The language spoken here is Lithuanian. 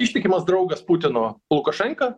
ištikimas draugas putino lukašenka